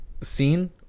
scene